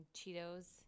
Cheetos